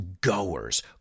goers